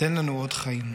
תן לנו עוד חיים".